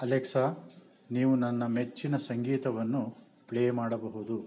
Alexa ನೀವು ನನ್ನ ಮೆಚ್ಚಿನ ಸಂಗೀತವನ್ನು ಪ್ಲೇ ಮಾಡಬಹುದು